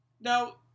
Now